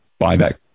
buyback